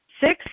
Six